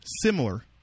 Similar